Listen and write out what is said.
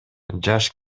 жаш